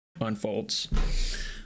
unfolds